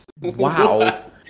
Wow